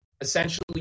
essentially